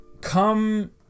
come